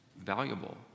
valuable